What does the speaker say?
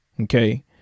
Okay